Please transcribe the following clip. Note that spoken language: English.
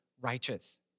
righteous